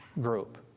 group